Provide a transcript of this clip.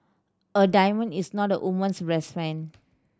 a diamond is not a woman's best friend